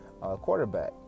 quarterback